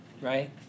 right